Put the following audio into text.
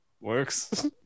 works